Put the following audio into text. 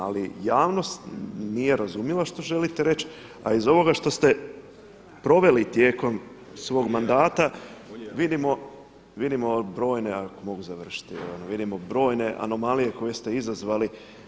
Ali javnost nije razumila što želite reći, a iz ovoga što ste proveli tijekom svog mandata vidimo brojne, ako mogu završiti, vidimo brojne anomalije koje ste izazvali.